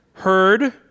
heard